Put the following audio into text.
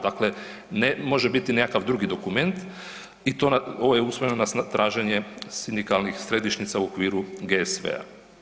Dakle, ne može biti nekakav drugi dokument i to, ovo je usvojeno na traženje sindikalnih središnjica u okviru GSV-a.